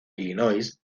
illinois